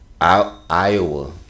Iowa